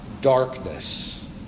darkness